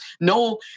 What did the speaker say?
no